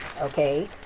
Okay